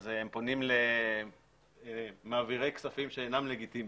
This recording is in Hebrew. הם פונים למעבירי כספים שאינם לגיטימיים,